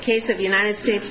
case of the united states